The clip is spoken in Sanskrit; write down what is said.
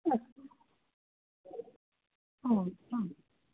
अस्तु आम् आम्